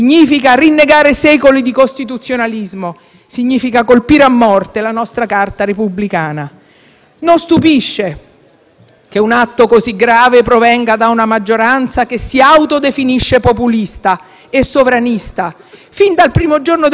Non stupisce che un atto così grave provenga da una maggioranza che si autodefinisce populista e sovranista. Fin dal primo giorno del suo mandato, il Governo ha dato larga dimostrazione di non possedere una cultura delle garanzie costituzionali.